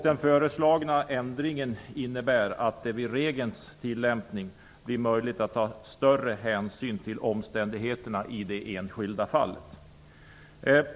Den föreslagna ändringen innebär att det vid regelns tillämpning blir möjligt att ta större hänsyn till omständigheterna i det enskilda fallet.